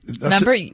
Remember